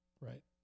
right